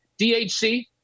DHC